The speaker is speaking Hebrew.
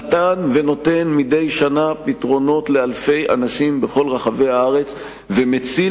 נתן ונותן מדי שנה פתרונות לאלפי אנשים בכל רחבי הארץ ומציל